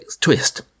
twist